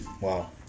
Wow